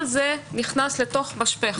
כל זה נכנס לתוך משפך.